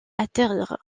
atterrir